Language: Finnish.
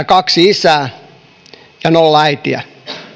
kaksi isää ja nolla äitiä